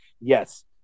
Yes